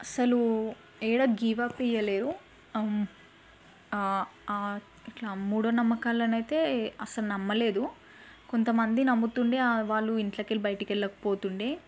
అసలు ఎక్కడా give up ఇవ్వలేవు ఇట్లా మూఢనమ్మకాలనైతే అసలు నమ్మలేదు కొంతమంది నమ్ముతుండే వాళ్ళు ఇంట్లోకెళ్ళి బయటకెళ్లకపోతుండే